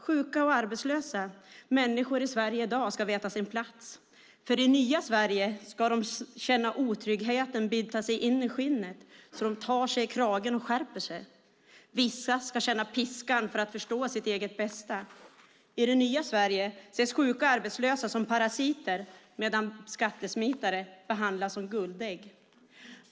Sjuka och arbetslösa människor i Sverige i dag ska veta sin plats, för i det nya Sverige ska de känna otryggheten bita sig in i skinnet så att de tar sig i kragen och skärper sig. Vissa ska känna piskan för att förstå sitt eget bästa. I det nya Sverige ses sjuka och arbetslösa som parasiter medan skattesmitare behandlas som guldägg.